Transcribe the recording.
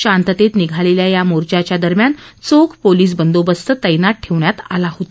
शांततेत निघालेल्या या मोर्चाच्या दरम्यान चोख पोलीस बंदोबस्त तैनात ठेवण्यात आला होता